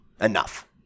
enough